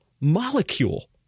molecule